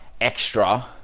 extra